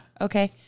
Okay